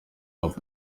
hop